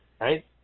right